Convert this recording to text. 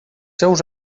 seus